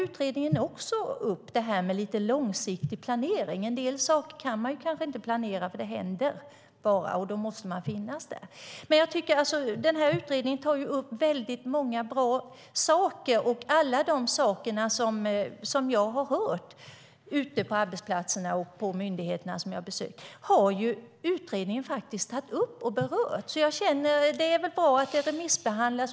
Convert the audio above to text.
Utredningen tar också upp lite långsiktig planering. En del saker kan man kanske inte planera. De händer bara, och då måste man finnas där. Utredningen tar upp väldigt många bra saker. Alla de saker som jag har hört ute på arbetsplatserna och de myndigheter som jag besökt har utredningen tagit upp och berört. Det är väl bra att det remissbehandlas.